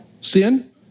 sin